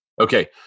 Okay